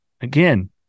Again